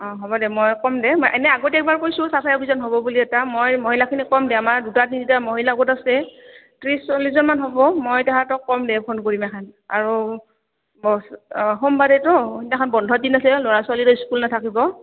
অঁ হ'ব দে মই ক'ম দে এনে আগতে একবাৰ কৈছোঁ চাফাই অভিযান হ'ব বুলি এটা মই মহিলাখিনিক ক'ম দে আমাৰ দুটা তিনিটা মহিলা গোট আছে ত্ৰিছ চল্লিছজনমান হ'ব মই তাহাঁতক ক'ম দে ফোন কৰিম আখন আৰু সোমবাৰেতো সেইদিনাখন বন্ধৰ দিন আছে ল'ৰা ছোৱালীৰো স্কুল নাথাকিব